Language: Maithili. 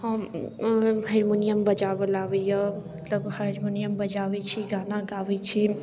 हरमुनियम बजाबै लै आबैए मतलब हरमुनियम बजाबैत छी गाना गाबैत छी